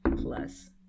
plus